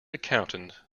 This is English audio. accountant